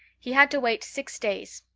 he had to wait six days,